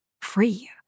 free